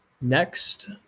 Next